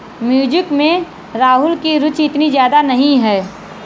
music में राहुल की रुचि इतनी ज्यादा नहीं है